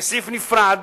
כסעיף נפרד,